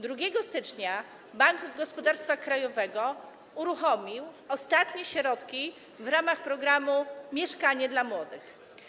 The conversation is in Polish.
2 stycznia Bank Gospodarstwa Krajowego uruchomił ostatnie środki w ramach programu „Mieszkanie dla młodych”